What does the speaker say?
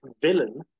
villain